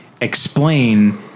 explain